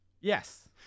Yes